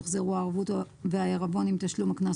יוחזרו הערבות והעירבון עם תשלום הקנס